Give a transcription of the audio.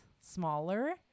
smaller